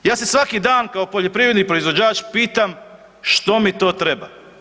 Ja se svaki dan kao poljoprivredni proizvođač pitam što mi to treba.